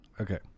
Okay